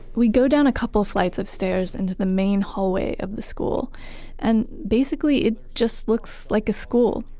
we go down a couple flights of stairs into the main hallway of the school and basically it just looks like a school.